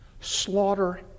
slaughter